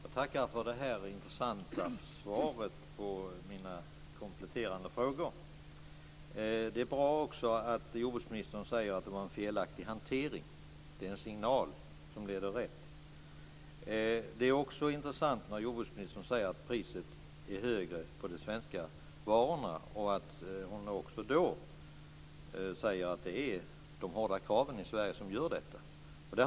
Fru talman! Jag tackar för det här intressanta svaret på mina kompletterande frågor. Det är också bra att jordbruksministern säger att det var fråga om en felaktig hantering. Det är en signal som leder rätt. Det är också intressant att jordbruksministern säger att priset är högre på de svenska varorna och att hon också säger att det är de hårda kraven i Sverige som är orsaken till det.